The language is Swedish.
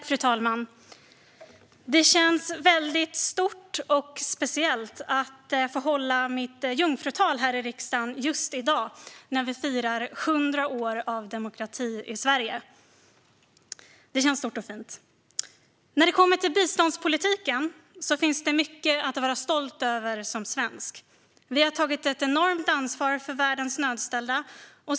Fru talman! Det känns väldigt stort och speciellt att få hålla mitt jungfrutal i riksdagen just i dag när vi firar 100 år av demokrati i Sverige. Det känns stort och fint. När det kommer till biståndspolitiken finns det mycket att vara stolt över som svensk. Vi har tagit ett enormt ansvar för världens nödställda.